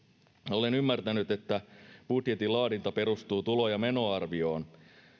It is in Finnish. olen ymmärtänyt että budjetin laadinta perustuu tulo ja menoarvioon